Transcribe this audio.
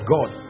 God